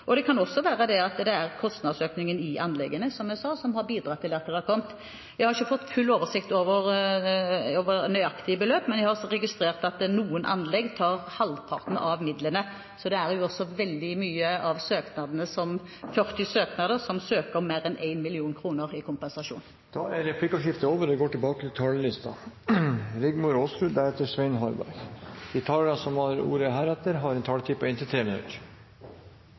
av kostnader kan også ha resultert i at enda flere har henvendt seg og sendt inn søknad innenfor denne ordningen. Det kan også være at kostnadsøkningen i anleggene, som jeg sa, har bidratt til dette. Jeg har ikke fått full oversikt over nøyaktige beløp, men jeg har registrert at noen anlegg tar halvparten av midlene. Blant søknadene er det 40 som søker om mer enn 1 mill. kr i kompensasjon. Replikkordskiftet er over. De talere som heretter får ordet, har en taletid på inntil